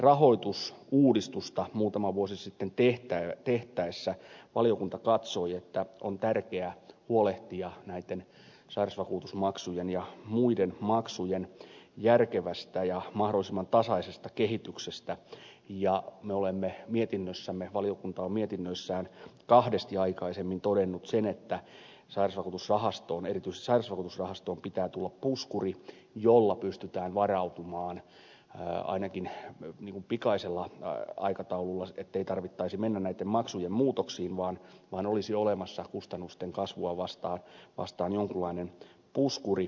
sairausvakuutuksen rahoitusuudistusta muutama vuosi sitten tehtäessä valiokunta katsoi että on tärkeää huolehtia sairausvakuutusmaksujen ja muiden maksujen järkevästä ja mahdollisimman tasaisesta kehityksestä ja valiokunta on mietinnöissään kahdesti aikaisemmin todennut sen että erityisesti sairausvakuutusrahastoon pitää tulla puskuri jolla pystytään varautumaan ainakin pikaisella aikataululla ettei tarvitsisi mennä näitten maksujen muutoksiin vaan olisi olemassa kustannusten kasvua vastaan jonkunlainen puskuri